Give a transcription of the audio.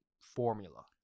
formula